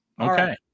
Okay